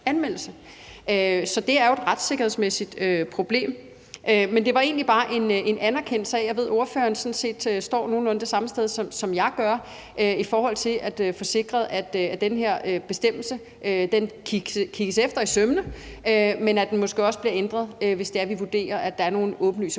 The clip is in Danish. anmeldelse. Så det er jo et retssikkerhedsmæssigt problem. Men det er egentlig bare en anerkendelse af, at ordføreren står nogenlunde det samme sted, som jeg gør, i forhold til at få sikret, at den her bestemmelse kigges efter i sømmene, og at den måske også bliver ændret, hvis vi vurderer, at der er nogle åbenlyse